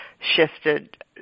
shifted